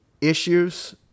issues